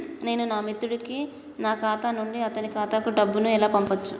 నేను నా మిత్రుడి కి నా ఖాతా నుండి అతని ఖాతా కు డబ్బు ను ఎలా పంపచ్చు?